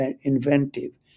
inventive